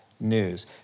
news